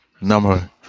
number